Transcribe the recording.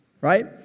Right